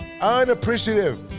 Unappreciative